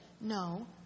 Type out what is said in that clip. No